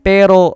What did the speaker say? Pero